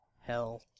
hell